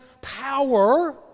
power